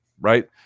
right